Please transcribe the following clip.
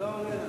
זה לא עולה לנו.